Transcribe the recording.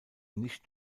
nicht